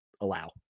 allow